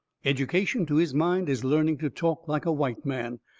education, to his mind, is learning to talk like a white man.